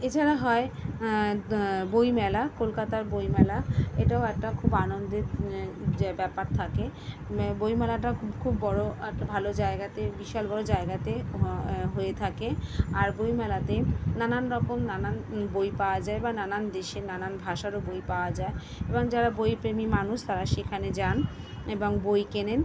এছাড়া হয় বইমেলা কলকাতার বইমেলা এটাও একটা খুব আনন্দের যে ব্যাপার থাকে বইমেলাটা খুব বড়ো আর ভালো জায়গাতে বিশাল বড়ো জায়গাতে হ হয়ে থাকে আর বইমেলাতে নানান রকম নানান বই পাওয়া যায় বা নানা দেশের নানান ভাষারও বই পাওয়া যায় এবং যারা বই প্রেমী মানুষ তারা সেখানে যান এবং বই কেনেন